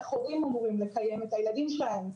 איך הורים אמורים לקיים את הילדים שלהם?